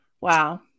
wow